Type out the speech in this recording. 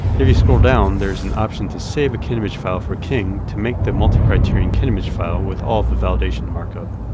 if you scroll down, there is an option to save a kinemage file for king to make the multi-criterion kinemage file with all of the validation markup.